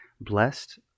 Blessed